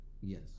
Yes